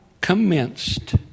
commenced